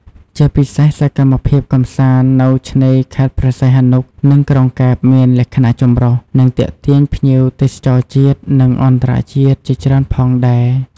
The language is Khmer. ជាពិសេសសកម្មភាពកម្សាន្តនៅឆ្នេរខេត្តព្រះសីហនុ និងក្រុងកែបមានលក្ខណៈចម្រុះ និងទាក់ទាញភ្ញៀវទេសចរជាតិ និងអន្តរជាតិជាច្រើនផងដែរ។